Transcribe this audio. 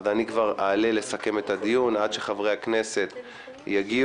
אני כבר אעלה לסכם את הדיון עד שחברי הכנסת יגיעו,